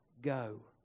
go